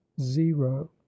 zero